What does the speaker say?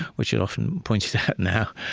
which is often pointed out now.